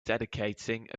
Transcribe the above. dedicating